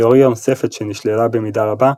תאוריה נוספת שנשללה במידה רבה,